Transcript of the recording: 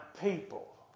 people